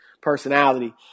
personality